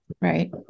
Right